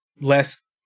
less